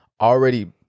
already